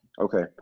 Okay